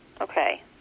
Okay